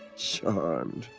charmed.